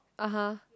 (uh huh)